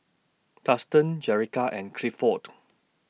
Thurston Jerica and Clifford